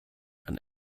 and